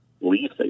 leave